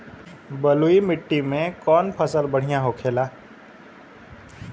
बलुई मिट्टी में कौन फसल बढ़ियां होखे ला?